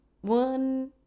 One